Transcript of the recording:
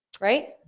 right